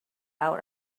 our